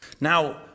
Now